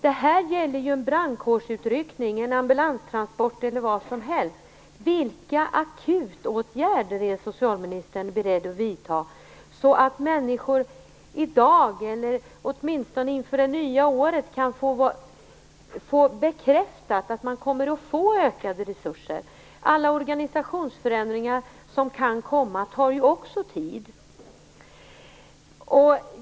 Det här gäller en brandkårsutryckning, en ambulanstransport eller något liknande. Vilka akutåtgärder är socialministern beredd att vidta så att människor i dag, eller åtminstone inför det nya året, kan få bekräftat att man kommer att få ökade resurser? Alla organisationsförändringar som kan komma tar ju också tid.